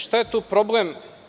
Šta je tu problem?